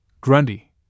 Grundy